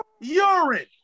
Urine